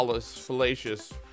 fallacious